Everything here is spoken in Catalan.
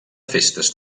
festes